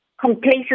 complacency